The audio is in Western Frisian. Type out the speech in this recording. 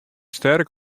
sterk